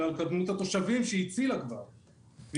אלא על כמות התושבים שהיא כבר הצילה.